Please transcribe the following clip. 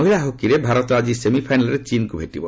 ମହିଳା ହକିରେ ଭାରତ ଆଜି ସେମିଫାଇନାଲ୍ରେ ଚୀନ୍କୁ ଭେଟିବ